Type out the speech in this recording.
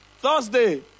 Thursday